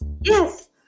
Yes